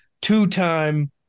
two-time